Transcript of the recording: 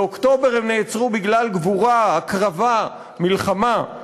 באוקטובר הם נעצרו בגלל גבורה, הקרבה, מלחמה,